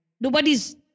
Nobody's